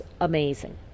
amazing